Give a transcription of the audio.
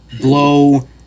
blow